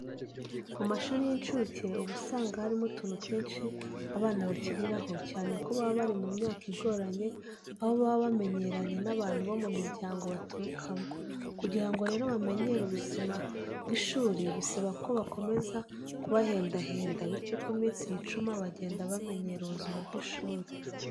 Mu mashuri y'incuke uba usanga harimo utuntu twinshi abana bakiniraho, cyane ko baba bari mu myaka igoranye, aho baba bamenyeranye n'abantu bo mu miryango baturukamo. Kugira ngo rero bamenyere ubuzima bw'ishuri, bisaba ko bakomeza kubahendahenda, bityo uko iminsi yicuma bagenda bamenyera ubuzima bw'ishuri.